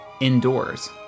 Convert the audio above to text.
indoors